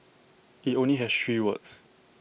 IT only has three words